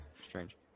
strange